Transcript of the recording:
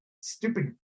stupid